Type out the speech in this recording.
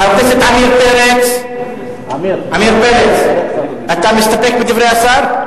חבר הכנסת עמיר פרץ, אתה מסתפק בדברי השר?